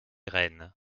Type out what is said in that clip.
rehn